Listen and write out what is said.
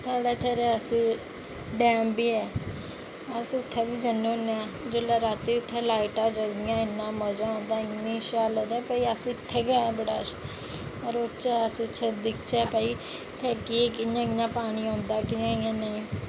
ते इत्थै रियासी डैम बी ऐ अस उत्थै बी जन्ने होन्ने आं जेल्लै रातीं उत्थै लाइटां जगदियां ते इन्ना मज़ा आंदा ते इन्ना शैल लभदा उत्थै रौहचै अस दिखचै केह् कियां कियां पानी पौंदा कियां नेईं